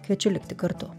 kviečiu likti kartu